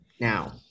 now